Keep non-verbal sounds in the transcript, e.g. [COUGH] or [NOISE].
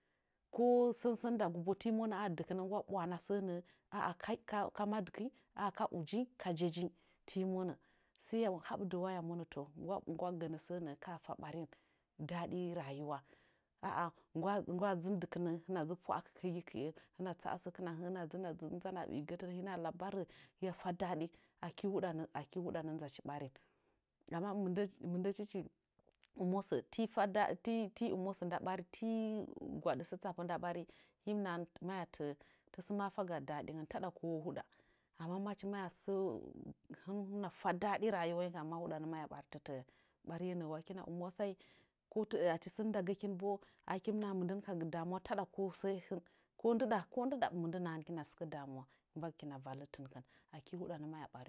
Ko sən sən ndagu bo ti monə a dɨkɨnə anggwa ɓwahana sə nəə aa ka madɨkɨnyi ah ka ujinyi ah jejinyi timonə sai ya habde wa ya monə to nggwa gənə sə nəə ka'a fa ɓarin ɗaɗi rayuwa a'ah nggwa ngwwa dzɨn dɨkɨnə hɨna dzɨ pwa'a kɨkəgikɨe hɨna tsa'a səkin ahə'ə hɨna dzɨ nzan a bi'igə tə hɨna labare hɨya fa daɗi aki huɗanə [UNINTELLIGIBLE] nzachi barin amma mɨndə mɨndə tɨchi tɨmosə tifa tifa titi ɨmosə nda ɓari ti gwaɗa sə tsapən nda ɓarin him nahan maya tə'ə tasə mafaga dadiyen taɗa kowa huɗa amma machi maya sə hɨna fa dade raywai ma huɗanə maya ɓaritətə'ə ɓariye nə'əwa kɨna ɨmwasai ko təə achi sən nda gəkin bo akin naha mɨndən ka gə damuwa taɗa saiko hɨn ko ndɨɗa ko ndɨɗa mɨndə nahankin a sɨkə damuwa mbagɨkina vallitinkin aki huɗa nə maya ɓarin.